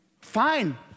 Fine